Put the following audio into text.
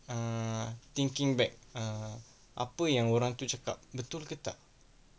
err thinking back err apa yang orang itu cakap betul ke tak